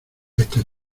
esta